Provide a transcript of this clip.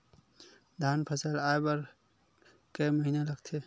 धान फसल आय बर कय महिना लगथे?